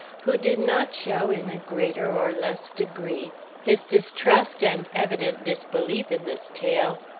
who did not show in a greater or less degree his distrust and evident disbelief in this tale,